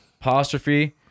apostrophe